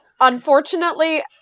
Unfortunately